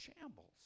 shambles